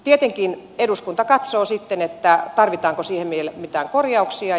tietenkin eduskunta katsoo sitten tarvitaanko siihen vielä mitään korjauksia